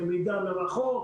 למידה מרחוק,